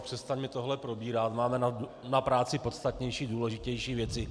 Přestaňme tohle probírat, máme na práci podstatnější a důležitější věci.